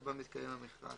זה כתוב בהמשך.